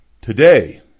Today